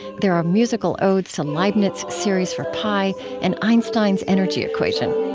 there are musical odes to leibniz's series for pi and einstein's energy equation